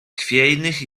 chwiejnych